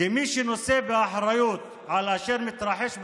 כמי שנושא באחריות על אשר מתרחש במדינה,